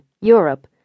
Europe